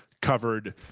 covered